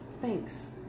thanks